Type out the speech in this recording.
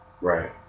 Right